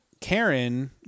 Karen